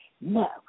no